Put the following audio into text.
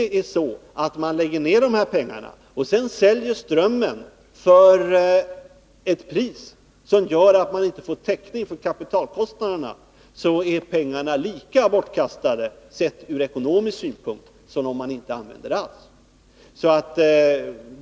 Jag vill också säga: Om vi lägger ned de här pengarna och sedan säljer strömmen till ett pris som gör att vi inte får täckning för kapitalkostnaderna är pengarna ur ekonomisk synpunkt lika bortkastade som om de inte användes alls.